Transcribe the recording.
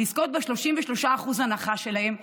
לזכות ב-33% הנחה שלהן,